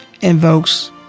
Invokes